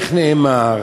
איך נאמר?